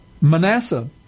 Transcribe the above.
Manasseh